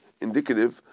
Indicative